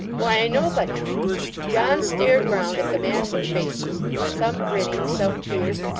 why, nobody john stared round at the mass of faces some grinning, some fierce,